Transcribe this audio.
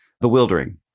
bewildering